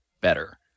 better